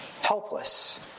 helpless